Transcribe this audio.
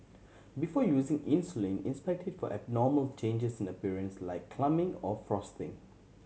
before using insulin inspect it for abnormal changes in appearance like clumping or frosting